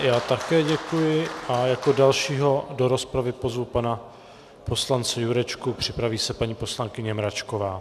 Já také děkuji a jako dalšího do rozpravy pozvu pana poslance Jurečku, připraví se paní poslankyně Mračková.